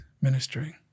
ministering